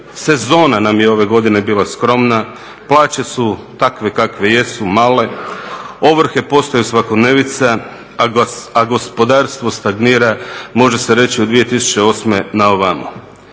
sezona nam je ove godine bila skromna, plaće su takve kakve jesu, male, ovrhe postaju svakodnevnica a gospodarstvo stagnira može se reći od 2008. na ovamo.